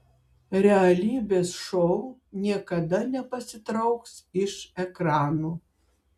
realybės šou niekada nepasitrauks iš ekranų